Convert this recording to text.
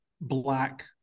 black